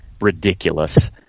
ridiculous